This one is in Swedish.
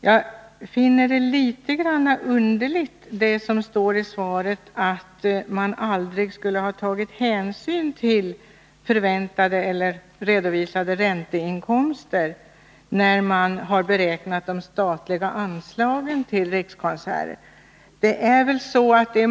Jag finner det dock litet grand underligt att man, som det står i svaret, aldrig skulle ha tagit hänsyn till förväntade eller redovisade ränteinkomster när man har beräknat de statliga anslagen till Rikskonserter.